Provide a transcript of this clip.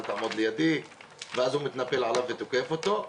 אל תעמוד לידי ואז הוא מתנפל עליו ותוקף אותו.